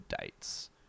dates